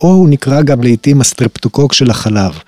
‫או הוא נקרא גם לעיתים ‫הסטרפטוקוק של החלב.